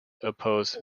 opposed